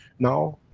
now,